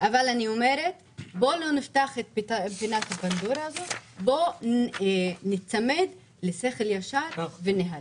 שלא נפתח את תיבת הפנדורה הזו וניצמד לשכל ישר ונהלים.